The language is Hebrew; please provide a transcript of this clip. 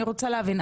אני רוצה להבין,